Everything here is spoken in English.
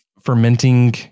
fermenting